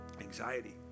anxiety